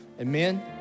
Amen